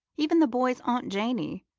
even the boy's aunt janey,